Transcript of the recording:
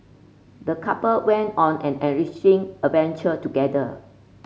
the couple went on an enriching adventure together